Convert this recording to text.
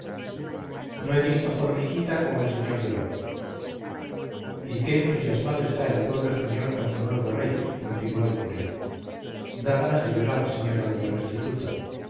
no he visto jormiguita como el sr de lobo y qué entusiasmado está el pueblo español con su nuevo rey continuó el curial da ganas de llorar señora doña restituta